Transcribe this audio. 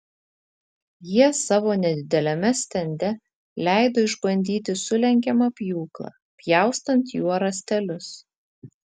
jie savo nedideliame stende leido išbandyti sulenkiamą pjūklą pjaustant juo rąstelius